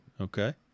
Okay